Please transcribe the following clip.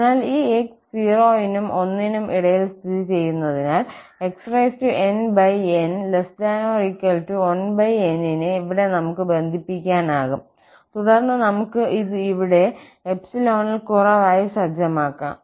അതിനാൽ ഈ 𝑥 0 നും 1 നും ഇടയിൽ സ്ഥിതിചെയ്യുന്നതിനാൽ xnn1n നെ ഇവിടെ നമുക്ക് ബന്ധിപ്പിക്കാനാകും തുടർന്ന് നമുക്ക് ഇത് ഇവിടെ 𝜖 ൽ കുറവായി സജ്ജമാക്കാം